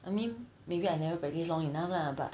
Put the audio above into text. I mean maybe I never practice long enough lah but